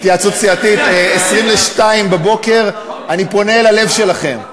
התייעצות סיעתית, 01:40. אני פונה אל הלב שלכם.